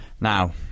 Now